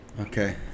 Okay